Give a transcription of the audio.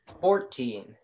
Fourteen